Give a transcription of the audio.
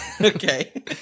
Okay